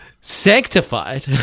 Sanctified